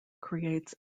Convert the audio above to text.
creates